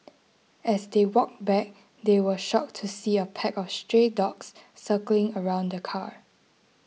as they walked back they were shocked to see a pack of stray dogs circling around the car